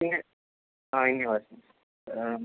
ഇങ്ങ് ആ ഇങ്ങ് വാ